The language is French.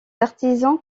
artisans